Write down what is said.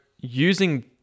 using